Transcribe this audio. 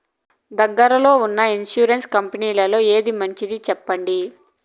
దగ్గర లో ఉన్న ఇన్సూరెన్సు కంపెనీలలో ఏది మంచిది? సెప్పండి?